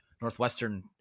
Northwestern